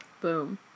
boom